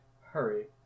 Hurry